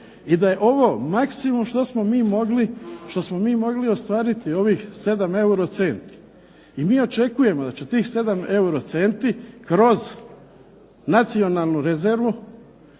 i da je ovo maksimum što smo mi mogli ostvariti ovih 7 eurocent. I mi očekujemo da će tih 7 eurocenti kroz nacionalnu rezervu,